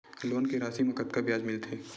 Loan के राशि मा कतका ब्याज मिलथे?